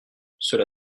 cela